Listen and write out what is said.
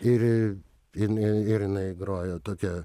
ir in ir jinai grojo tokią